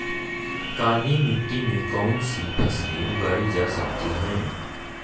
काली मिट्टी में कौनसी फसलें उगाई जा सकती हैं?